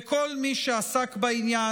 וכל מי שעסק בעניין,